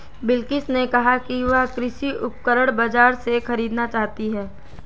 बिलकिश ने कहा कि वह कृषि उपकरण बाजार से खरीदना चाहती है